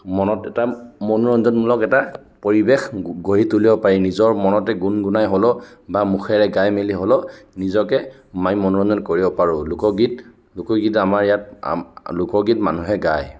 মনত এটা মনোৰঞ্জনমূলক এটা পৰিৱেশ গঢ়ি তুলিব পাৰি নিজৰ মনতে গুণ গুণাই হ'লেও বা মুখেৰ গাই মেলি হ'লেও নিজকে আমি মনোৰঞ্জন কৰিব পাৰোঁ লোকগীত লোকগীত আমাৰ ইয়াত লোক লোকগীত মানুহে গায়